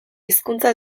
hizkuntza